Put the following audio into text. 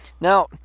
Now